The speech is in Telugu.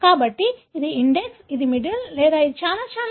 కాబట్టి ఏది ఇండెక్స్ ఏది మిడిల్ లేదా ఇది చాలా చాలా కష్టం